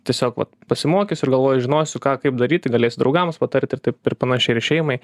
tiesiog vat pasimokysiu ir galvoju žinosiu ką kaip daryti galėsiu draugams patarti ir taip ir panašiai ir šeimai